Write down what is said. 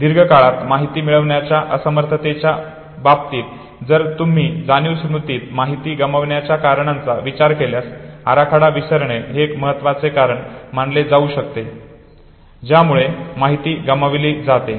दीर्घकाळात माहिती मिळवण्याच्या असमर्थतेच्या बाबतीत जर तुम्ही जाणीव स्मृतीत माहिती गमावण्याच्या कारणांचा विचार केल्यास आराखडा विसरणे हे एक महत्वाचे कारण मानले जाऊ शकते ज्यामुळे माहिती गमावली जाते